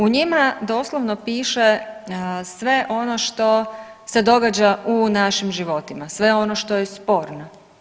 U njima doslovno piše sve ono što se događa u našim životima, sve ono što je sporno.